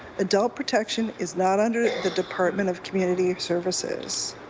adult protection is not under the department of community services.